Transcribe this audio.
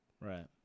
right